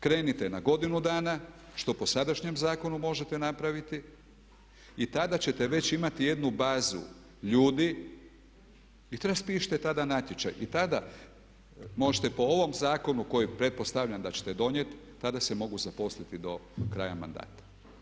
Krenite na godinu dana što po sadašnjem zakonu možete napraviti i tada ćete već imati jednu bazu ljudi i raspišite tada natječaj i tada možete po ovom zakonu koji pretpostavljam da ćete donijeti tada se mogu zaposliti do kraja mandata.